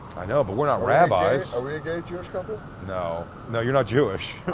i know, but we're not rabbis. are we a gay, jewish couple? no. no, you're not jewish.